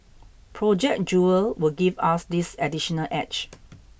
Project Jewel will give us this additional edge